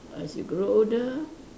as you grow older